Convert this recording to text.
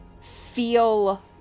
feel